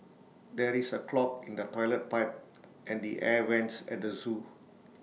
there is A clog in the Toilet Pipe and the air Vents at the Zoo